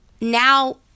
now